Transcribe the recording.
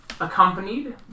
accompanied